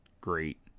great